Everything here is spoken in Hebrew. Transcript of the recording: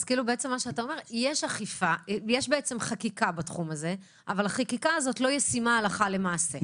אז אתה אומר שיש חקיקה בתחום הזה אבל היא לא ישימה הלכה למעשה.